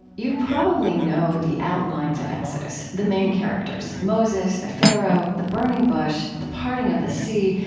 you probably know the outlines of exodus, the main characters moses, the pharaoh, the burning bush, the parting of the sea,